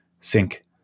sync